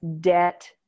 debt